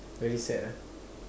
very sad ah